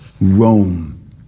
Rome